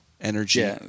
energy